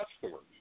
customers